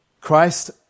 Christ